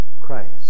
Christ